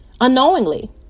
unknowingly